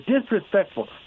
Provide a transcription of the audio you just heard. disrespectful